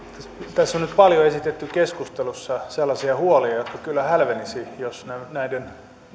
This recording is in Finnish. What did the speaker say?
tässä on nyt paljon esitetty keskustelussa sellaisia huolia jotka kyllä hälvenisivät jos ne